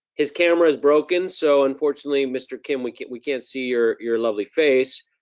his camera is broken, so unfortunately mr. kim, we can't we can't see your your lovely face.